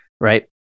right